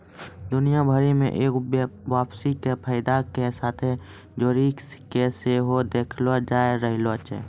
दुनिया भरि मे एगो वापसी के फायदा के साथे जोड़ि के सेहो देखलो जाय रहलो छै